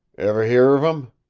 ever hear of him?